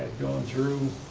gone through.